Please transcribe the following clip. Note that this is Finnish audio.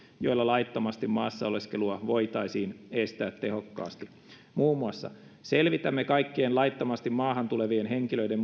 joilla laittomasti maassa oleskelua voitaisiin estää tehokkaasti selvitämme kaikkien laittomasti maahan tulevien henkilöiden